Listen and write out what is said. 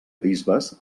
bisbes